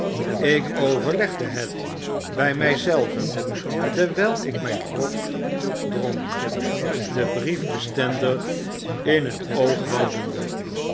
ik overlegde het by my zelven terwyl ik myn grog dronk den brief bestendig in t oog houdende